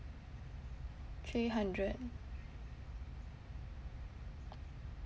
three hundred